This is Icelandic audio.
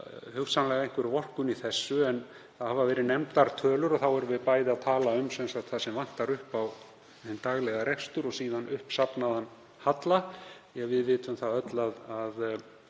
hugsanlega einhver vorkunn í því. En það hafa verið nefndar tölur og þá erum við bæði að tala um það sem vantar upp á hinn daglega rekstur og síðan uppsafnaðan halla, því að við vitum það öll að